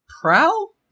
prowl